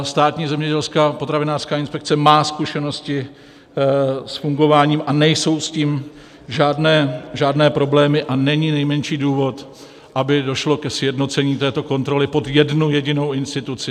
Státní zemědělská a potravinářská inspekce má zkušenosti s fungováním, nejsou s tím žádné problémy a není nejmenší důvod, aby došlo ke sjednocení této kontroly pod jednu jedinou instituci.